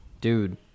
dude